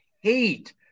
hate